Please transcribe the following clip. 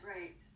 Right